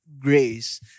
Grace